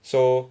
so